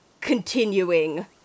continuing